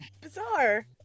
bizarre